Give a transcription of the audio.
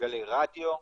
מגלי רדיו.